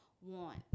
want